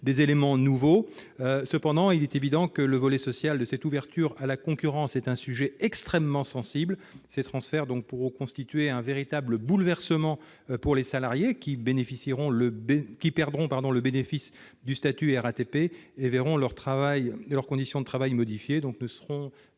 nos collègues du groupe CRCE. Il est évident que le volet social de cette ouverture à la concurrence est un sujet extrêmement sensible. Ces transferts pourront constituer un véritable bouleversement pour les salariés qui perdront le bénéfice du statut RATP et verront leurs conditions de travail modifiées. Nous serons